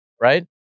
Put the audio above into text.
right